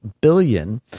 billion